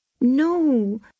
No